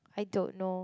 I don't know